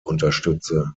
unterstütze